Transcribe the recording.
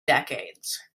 decades